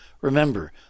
remember